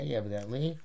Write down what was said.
evidently